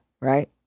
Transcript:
right